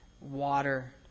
water